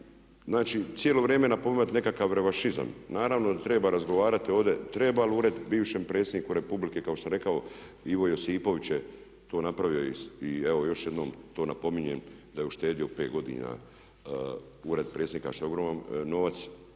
Znači, cijelo vrijeme napominjete nekakav revanšizam. Naravno da treba razgovarati ovdje, treba li ured bivšem predsjedniku Republike kao što sam rekao, Ivo Josipović je to napravio i evo još jednom to napominjem da je uštedio 5 godina ured predsjednika što je ogroman novac.